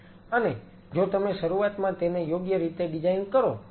અને જો તમે શરૂઆતમાં તેને યોગ્ય રીતે ડિઝાઈન કરો તો તમે વધુ સારું કરી શકશો